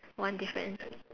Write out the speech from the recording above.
one difference